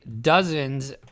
dozens